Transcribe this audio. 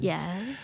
Yes